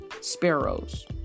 sparrows